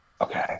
okay